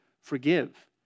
forgive